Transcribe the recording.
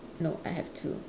no I have two